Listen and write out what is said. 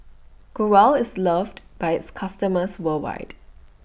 Growell IS loved By its customers worldwide